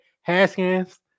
Haskins